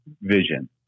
vision